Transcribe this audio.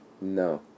No